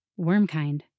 Wormkind